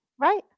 Right